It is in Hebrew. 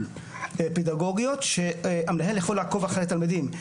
פדגוגיות שהמנהל יכול לעקוב אחרי התלמידים.